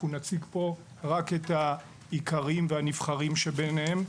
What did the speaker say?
אנחנו נציג פה רק את העיקריים והנבחרים שביניהם,